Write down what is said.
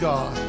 God